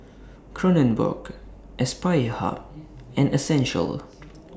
Kronenbourg Aspire Hub and Essential